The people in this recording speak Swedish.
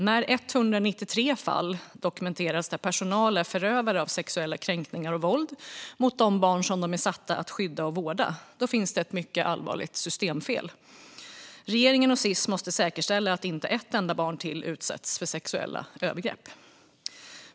När 193 fall dokumenteras där personal är förövare av sexuella kränkningar och våld mot de barn som de är satta att skydda och vårda finns det ett mycket allvarligt systemfel. Regeringen och Sis måste säkerställa att inte ett enda barn till utsätts för sexuella övergrepp.